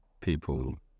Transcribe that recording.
people